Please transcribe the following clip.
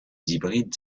hybrides